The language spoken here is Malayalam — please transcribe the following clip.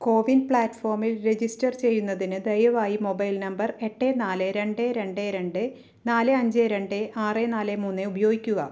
കോവിൻ പ്ലാറ്റ്ഫോമിൽ രജിസ്റ്റർ ചെയ്യുന്നതിന് ദയവായി മൊബൈൽ നമ്പർ എട്ട് നാല് രണ്ട് രണ്ട് രണ്ട് നാല് അഞ്ച് രണ്ട് ആറ് നാല് മൂന്ന് ഉപയോഗിക്കുക